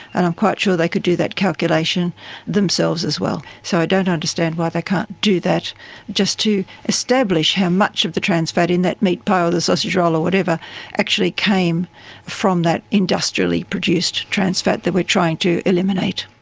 and i'm quite sure they could do that calculation themselves as well. so i don't understand why they can't do that just to establish how much of the trans fat in that meat pie or the sausage roll or whatever actually came from that industrially produced trans fat that we're trying to eliminate.